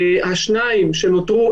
השניים שנותרו,